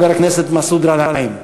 חבר הכנסת מסעוד גנאים.